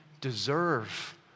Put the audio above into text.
deserve